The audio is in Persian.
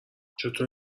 چطور